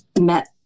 met